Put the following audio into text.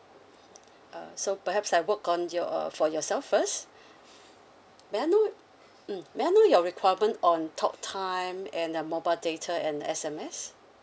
uh so perhaps I work on your uh for yourself first may I know mm may I know your requirement on talk time and uh mobile data and S_M_S